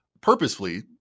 purposefully